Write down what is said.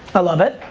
ah love it.